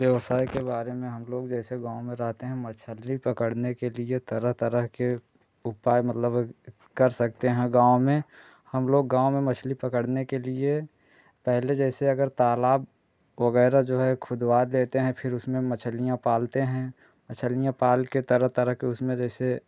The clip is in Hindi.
व्यवसाय के बारे में हम लोग जैसे गाँव में रहते हैं मच्छली पकड़ने के लिए तरह तरह के उपाय मतलब कर सकते हैं गाँव में हम लोग गाँव में मछली पकड़ने के लिए पहले जैसे अगर तालाब वग़ैरह जो है खुदवा देते हैं फिर उसमें मच्छलियाँ पालते हैं मच्छलियाँ पाल के तरह तरह के उसमें जैसे